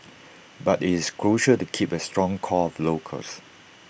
but IT is crucial to keep A strong core of locals